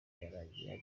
yarangiye